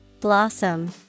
Blossom